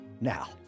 now